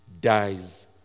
dies